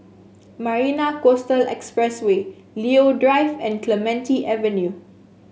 Marina Coastal Expressway Leo Drive and Clementi Avenue